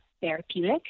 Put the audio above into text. therapeutic